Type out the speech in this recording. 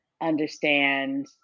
understand